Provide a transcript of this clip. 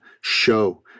show